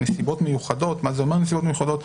נסיבות מיוחדות מה זה אומר נסיבות מיוחדות?